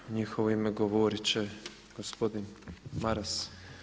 U njihovo ime govoriti će gospodin Maras.